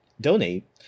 donate